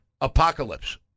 apocalypse